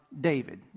David